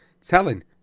telling